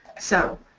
so